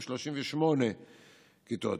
38 כיתות.